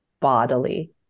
bodily